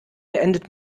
beendet